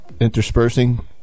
interspersing